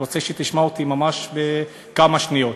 אני רוצה שתשמע אותי ממש בכמה שניות.